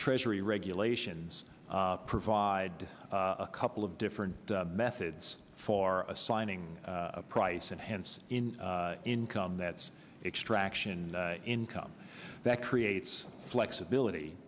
treasury regulations provide a couple of different methods for assigning a price and hence in income that's extraction income that creates flexibility